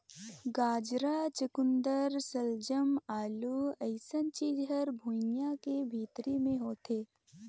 गाजरा, चकुंदर सलजम, आलू अइसन चीज हर भुइंयां के भीतरी मे होथे